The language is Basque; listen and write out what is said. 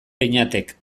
beñatek